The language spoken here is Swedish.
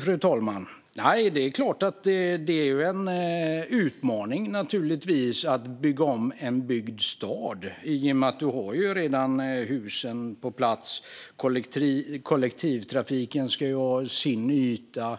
Fru talman! Det är klart att det är en utmaning att bygga om en byggd stad, i och med att husen redan är på plats. Kollektivtrafiken ska ha sin yta.